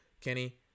Kenny